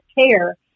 care